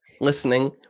listening